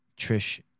Trish